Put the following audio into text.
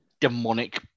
demonic